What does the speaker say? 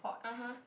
ah !huh!